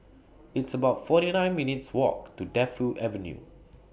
It's about forty nine minutes' Walk to Defu Avenue